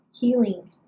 healing